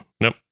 Nope